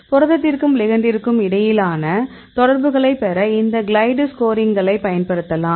புரதத்திற்கும் லிகண்டிற்கும் இடையிலான தொடர்புகளைப் பெற இந்த கிளைடு ஸ்கோரிங்களைப் பெறலாம்